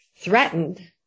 threatened